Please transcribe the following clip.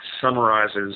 summarizes